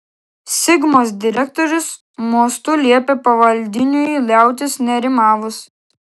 sigmos direktorius mostu liepė pavaldiniui liautis nerimavus